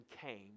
came